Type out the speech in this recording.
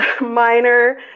minor